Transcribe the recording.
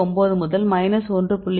9 முதல் மைனஸ் 1